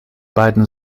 beiden